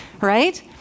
right